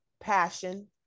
passion